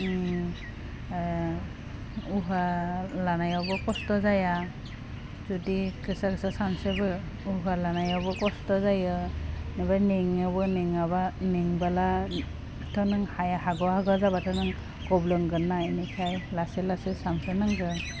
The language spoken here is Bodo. उम ओह उहा लानायावबो खस्थ जाया जुदि गोसा गोसा सानस्रियो उहा लानायावबो खस्थ जायो बेनिफ्राय मेंनायावबो मेङाबा मेंबोला थारमाने हाया हागवा हागवा जाबाथ' नों गब्लंगोन्ना एनिखाइ लासै लासै सानस्रि नांगौ